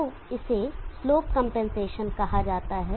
तो इसे slope compensation कहा जाता है